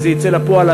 אם זה יצא לפועל,